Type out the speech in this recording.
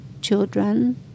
children